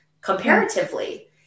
comparatively